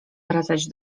wracać